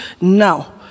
Now